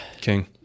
king